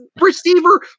receiver